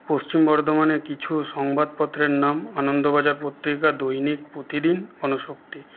পশ্চিম বর্ধমানের কিছু সংবাদপত্রের নাম আনন্দবাজার পত্রিকা দৈনিক প্রতিদিন গণশক্তি